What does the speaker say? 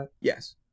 Yes